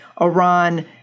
Iran